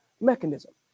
mechanism